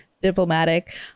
diplomatic